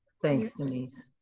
thanks, denise.